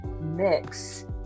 mix